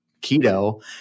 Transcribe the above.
keto